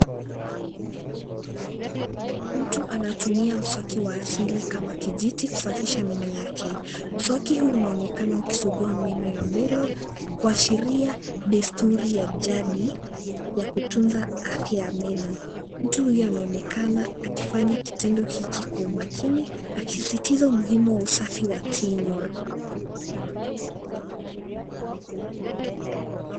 Mtu anatumia mswaki wa asili kama kijiti kusafisha meno yake. Mswaki huu unaonekana ukisugua meno ya mbele, kuashiria desturi ya jadi, ya kutunza afya ya meno. Mtu huyu anaonekana akifanya kitendo hiki kwa umakini akisisitiza umuhimu wa usafi wa kinywa.